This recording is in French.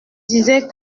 disais